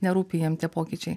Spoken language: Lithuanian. nerūpi jiem tie pokyčiai